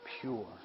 pure